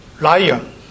lion